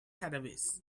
cannabis